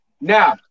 Now